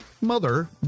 mother